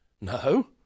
No